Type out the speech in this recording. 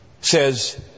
says